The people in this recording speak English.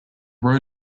road